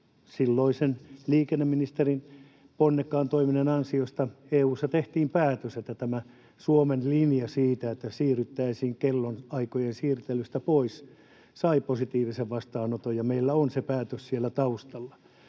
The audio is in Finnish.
silloisen liikenneministerin ponnekkaan toiminnan ansiosta EU:ssa tehtiin päätös, ja tämä Suomen linja siitä, että siirryttäisiin kellonaikojen siirtelystä pois, sai positiivisen vastaanoton. Meillä on se päätös siellä taustalla,